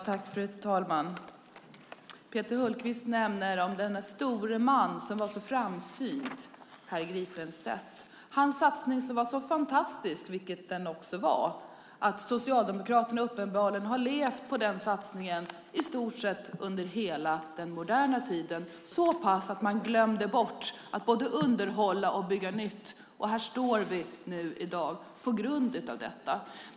Fru talman! Peter Hultqvist nämner den store man som var så framsynt, herr Gripenstedt. Hans satsning var så fantastisk, vilket den var, att Socialdemokraterna uppenbarligen har levt på den satsningen under i stort sett hela den moderna tiden, så pass att man glömde bort att både underhålla och bygga nytt. Här står vi i dag på grund av detta.